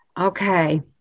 okay